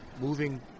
moving